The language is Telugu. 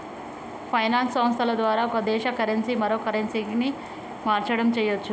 ఫైనాన్స్ సంస్థల ద్వారా ఒక దేశ కరెన్సీ మరో కరెన్సీకి మార్చడం చెయ్యచ్చు